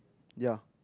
yea